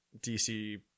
DC